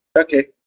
Okay